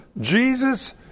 Jesus